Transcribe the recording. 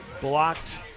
blocked